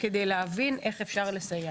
כדי להבין איך אפשר לסייע.